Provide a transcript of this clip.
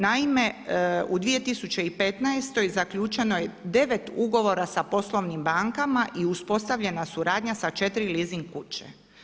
Naime, u 2015. zaključeno je 9 ugovora sa poslovnim bankama i uspostavljena suradnja sa 4 leasing kuće.